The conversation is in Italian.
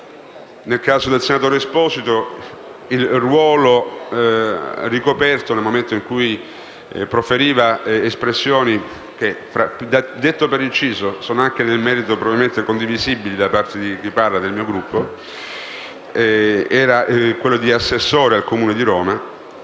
nel caso del senatore Stefano Esposito, il ruolo ricoperto nel momento in cui proferiva espressioni - che, detto per inciso, sono anche probabilmente condivisibili nel merito da parte di chi parla e dal mio Gruppo - era quello di assessore al Comune di Roma.